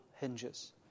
hinges